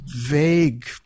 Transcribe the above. vague